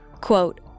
Quote